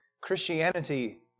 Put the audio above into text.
Christianity